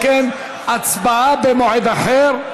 אם כן, הצבעה במועד אחר,